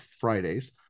Fridays